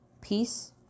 peace